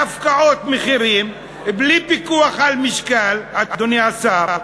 במחירים מופקעים, בלי פיקוח על משקל, אדוני השר,